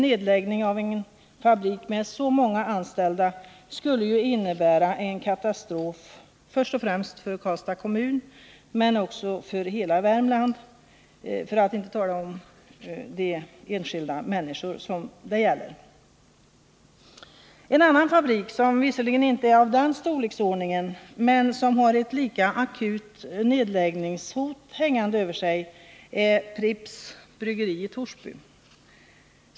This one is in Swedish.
Nedläggning av en fabrik med så många anställda skulle ju innebära en katastrof, först och främst för Karlstads kommun men också för hela Värmland, för att inte tala om de människor det gäller. En annan fabrik, som visserligen inte är av den storleksordningen men som har ett lika akut nedläggningshot hängande över sig, är Pripps bryggeri i Torsby.